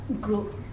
group